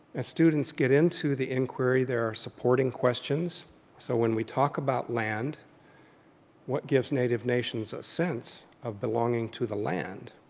as students get into the inquiry there are supporting questions so when we talk about land what gives native nations a sense of belonging to the land.